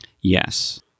Yes